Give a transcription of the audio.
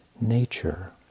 nature